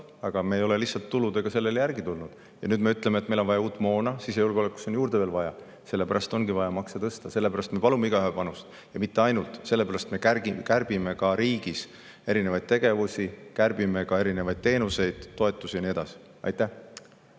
aga me ei ole tuludega sellele lihtsalt järele tulnud. Nüüd me ütleme, et meil on vaja uut moona, ka sisejulgeolekusse on [raha] veel juurde vaja. Sellepärast ongi vaja makse tõsta, sellepärast me palume igaühe panust. Ja mitte ainult: sellepärast me kärbime riigis erinevaid tegevusi, kärbime ka erinevaid teenuseid, toetusi ja nii edasi. Aitäh!